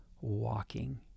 walking